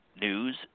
news